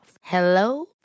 Hello